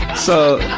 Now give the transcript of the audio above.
so,